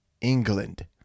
England